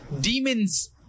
demons